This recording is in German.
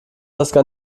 unser